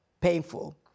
painful